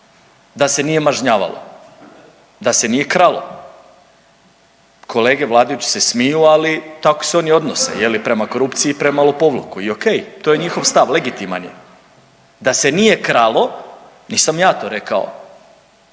da se nije mažnjavalo, da se nije kralo. Kolege vladajući se smiju, ali tako se oni odnose prema korupciji i prema lopovluku i ok to je njihov stav. Legitiman je. Da se nije kralo, nisam ja to rekao,